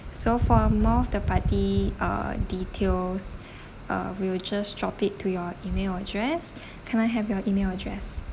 so for more of the party uh details uh we will just drop it to your email address can I have your email address